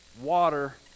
water